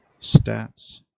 stats